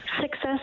Success